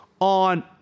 on